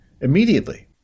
immediately